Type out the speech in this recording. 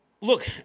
look